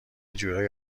جورایی